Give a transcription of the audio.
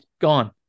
gone